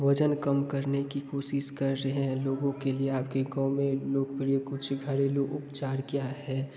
वजन कम करने की कोशिश कर रहे लोगों के लिए आपके गाँव में लोकप्रिय कुछ घरेलू उपचार क्या है